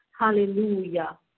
Hallelujah